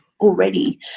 already